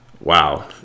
Wow